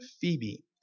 Phoebe